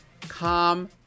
calm